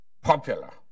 popular